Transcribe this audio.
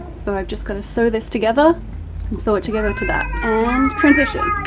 so i've just gotta sew this together and sew it together to that. and transition.